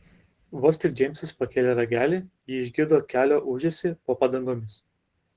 vos tik džeimsas pakėlė ragelį ji išgirdo kelio ūžesį po padangomis